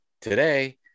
today